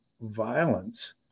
violence